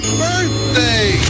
birthday